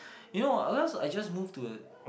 you know ah I realised I just move to a